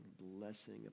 blessing